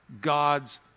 God's